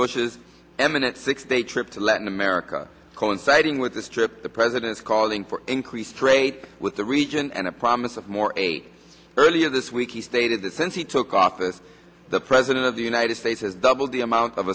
bush's eminent six day trip to latin america coinciding with this trip the president's calling for increased trade with the region and a promise of more aid earlier this week he stated that since he took office the president of the united states has doubled the amount of